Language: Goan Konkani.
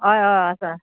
हय हय आसा